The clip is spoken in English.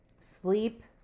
Sleep